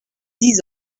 dix